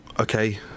okay